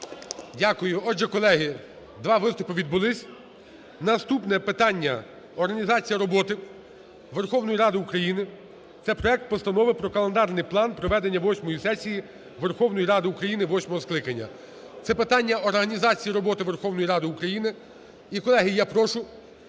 Отже, колеги, два виступи відбулись. Наступне питання – організація роботи Верховної Ради України. Це проект Постанови про календарний план проведення восьмої сесії Верховної Ради України восьмого скликання. Це питання організації роботи Верховної Ради України.